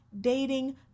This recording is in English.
dating